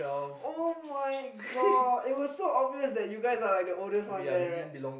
[oh]-my-god it was so obvious like you guys are like the oldest one there right